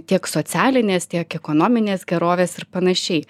tiek socialinės tiek ekonominės gerovės ir panašiai